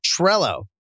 Trello